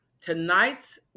tonight's